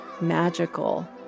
magical